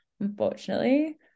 unfortunately